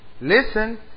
Listen